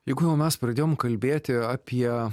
jeigu jau mes pradėjom kalbėti apie